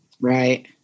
right